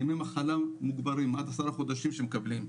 ימי מחלה מוגברים, עד עשרה חודשים שמקבלים.